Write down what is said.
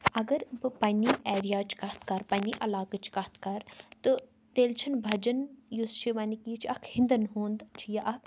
اَگر بہٕ پنٛنہِ ایریاچ کَتھ کَرٕ پنٛنہِ علاقٕچ کَتھ کَرٕ تہٕ تیٚلہِ چھِنہٕ بجھَن یُس یہِ وَنہِ کہِ یہِ چھِ اَکھ ہِنٛدَن ہُنٛد چھُ یہِ اَکھ